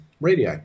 radii